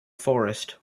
forest